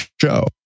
show